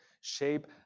shape